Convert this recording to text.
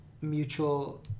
mutual